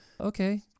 okay